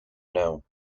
know